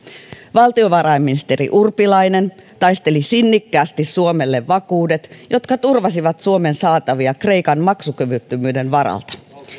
valtiovarainministeri urpilainen taisteli sinnikkäästi suomelle vakuudet jotka turvasivat suomen saatavia kreikan maksukyvyttömyyden varalta